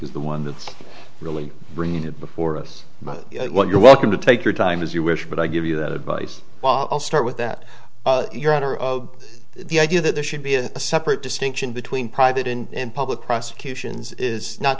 is the one that's really bringing it before us you're welcome to take your time as you wish but i give you that advice i'll start with that your honor of the idea that there should be a separate distinction between private and public prosecutions is not